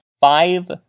five